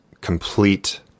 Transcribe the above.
complete